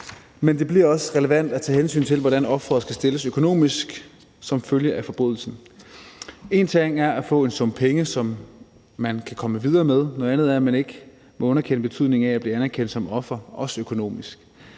men det bliver også relevant at tage hensyn til, hvordan offeret skal stilles økonomisk som følge af forbrydelsen. En ting er at få en sum penge, som man kan komme videre med; noget andet er, at man ikke må underkende betydningen af at blive anerkendt som offer, også økonomisk.